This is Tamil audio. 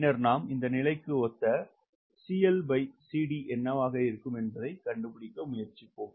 பின்னர் நாம் இந்த நிலைக்கு ஒத்த CLCD என்னவாக இருக்கும் என்பதை கண்டுபிடிக்க முயற்சிப்போம்